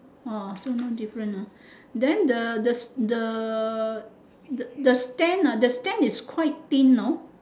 orh so no different ah then the the the the stand ah the stand is quite thin no